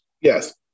Yes